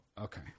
okay